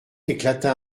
éclata